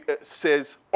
says